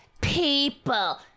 People